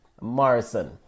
Morrison